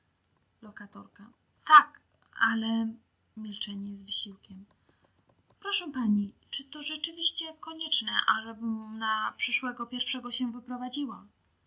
stanowisko tak ale milczenie z wysiłkiem proszę pani czy to rzeczywiście konieczne ażebym na przyszłego pierwszego się wyprowadziła